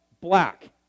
Black